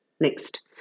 Next